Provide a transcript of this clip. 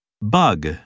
Bug